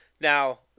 Now